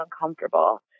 uncomfortable